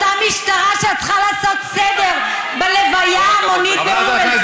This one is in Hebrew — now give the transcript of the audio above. אותה משטרה שהייתה צריכה לעשות סדר בהלוויה ההמונית באום אל-פחם?